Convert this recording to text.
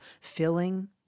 filling